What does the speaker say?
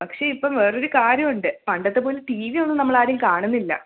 പക്ഷെ ഇപ്പം വേറെയൊരു കാര്യമുണ്ട് പണ്ടത്തപ്പോലെ ടി വി ഒന്നും നമ്മളാരും കാണുന്നില്ല